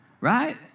Right